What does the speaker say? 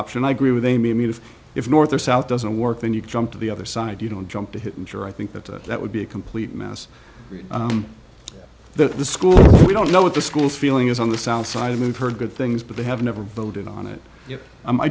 and i agree with amy i mean if if north or south doesn't work then you can jump to the other side you don't jump to insure i think that that would be a complete mess that the school we don't know what the school feeling is on the south side of move heard good things but they have never voted on it